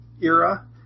era